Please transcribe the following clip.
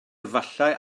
efallai